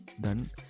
done